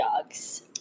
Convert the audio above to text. dogs